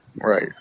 Right